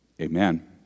amen